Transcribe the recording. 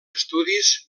estudis